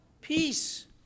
Peace